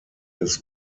des